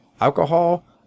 alcohol